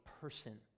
person